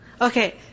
Okay